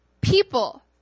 people